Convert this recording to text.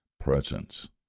presence